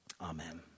Amen